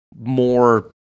more